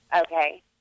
Okay